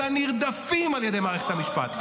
אלא נרדפים על ידי מערכת המשפט.